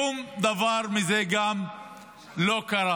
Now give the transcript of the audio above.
גם מזה שום דבר לא קרה,